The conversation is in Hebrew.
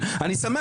אבל אני חושב